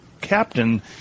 captain